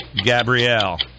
Gabrielle